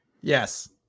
Yes